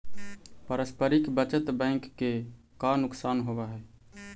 पारस्परिक बचत बैंक के का नुकसान होवऽ हइ?